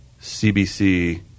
CBC